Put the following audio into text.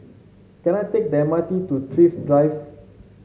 can I take the M R T to Thrift Drive